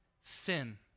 sin